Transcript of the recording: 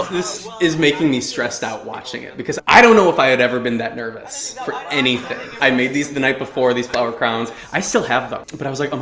this is making me stressed out watching it because i don't know if i had ever been that nervous for anything. i made these the night before, these flower crowns. i still have them. but i was like um